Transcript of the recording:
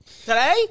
today